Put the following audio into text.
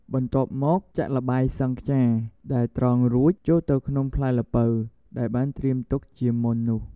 បន្ទាប់់មកចាក់ល្បាយសង់ខ្យាដែលត្រងរួចចូលទៅក្នុងផ្លែល្ពៅដែលបានត្រៀមទុកជាមុននោះ។